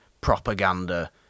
propaganda